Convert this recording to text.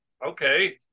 Okay